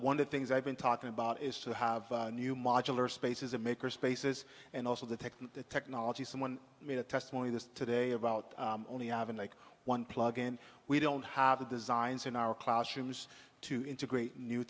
one of the things i've been talking about is to have new modular spaces and makers spaces and also to take the technology someone made a testimony this today about only avenue like one plug and we don't have the designs in our classrooms to integrate new